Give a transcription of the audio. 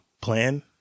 plan